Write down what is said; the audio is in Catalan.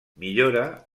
millora